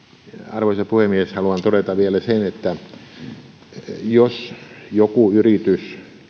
arvoisa puhemies haluan todeta vielä sen että jos joku yritys